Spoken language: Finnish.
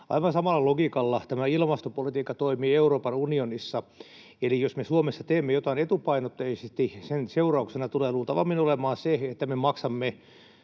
Aivan samalla logiikalla tämä ilmastopolitiikka toimii Euroopan unionissa, eli jos me Suomessa teemme jotain etupainotteisesti, sen seurauksena tulee luultavimmin olemaan se, että me maksamme